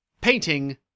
painting